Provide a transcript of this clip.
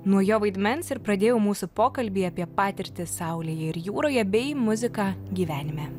nuo jo vaidmens ir pradėjau mūsų pokalbį apie patirtį saulėje ir jūroje bei muziką gyvenime